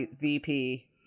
VP